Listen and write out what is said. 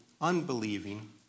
unbelieving